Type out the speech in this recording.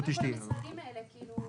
איך כל המשחקים האלה קשורים?